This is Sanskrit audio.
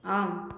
आम्